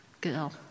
girl